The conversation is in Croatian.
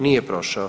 Nije prošao.